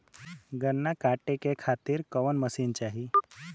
गन्ना कांटेके खातीर कवन मशीन चाही?